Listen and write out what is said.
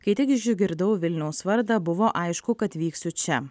kai tik išgirdau vilniaus vardą buvo aišku kad vyksiu čia